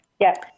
Yes